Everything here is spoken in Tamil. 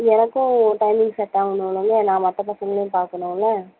எனக்கும் டைமிங் செட்டாகணும் இல்லையா நான் மற்ற பசங்களையும் பார்க்கணும்ல